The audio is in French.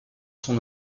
son